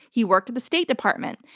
he worked at the state department.